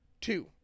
two